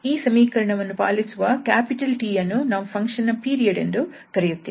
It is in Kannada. ಈ ಸಮೀಕರಣವನ್ನು ಪಾಲಿಸುವ 𝑇 ಯನ್ನು ನಾವು ಫಂಕ್ಷನ್ ನ ಪೀರಿಯಡ್ ಎಂದು ಕರೆಯುತ್ತೇವೆ